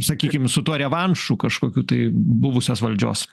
sakykim su tuo revanšu kažkokiu tai buvusios valdžios